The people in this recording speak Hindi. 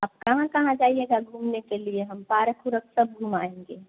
आप कहाँ कहाँ जाइएगा घूमने के लिए हम पारक उरक सब घुमाएँगे